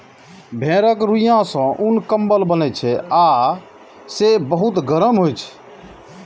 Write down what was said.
भेड़क रुइंया सं उन, कंबल बनै छै आ से बहुत गरम होइ छै